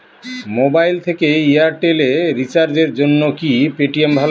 Mobile থেকে Airtel এ রিচার্জের জন্য কি পেটিএম ভালো?